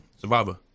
Survivor